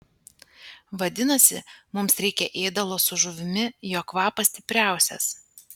vadinasi mums reikia ėdalo su žuvimi jo kvapas stipriausias